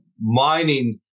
mining